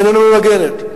איננה ממגנת,